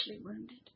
wounded